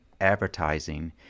advertising